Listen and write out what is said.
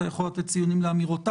אתה יכול לתת ציונים לאמירותיי.